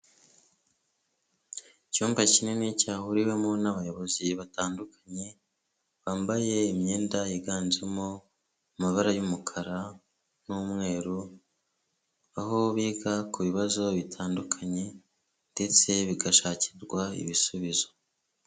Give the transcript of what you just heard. Icyumba kinini cyahuriwemo n'abayobozi batandukanye, bambaye imyenda yiganjemo amabara y'umukara n'umweru, aho biga ku bibazo bitandukanye ndetse bigashakirwa ibisubizo.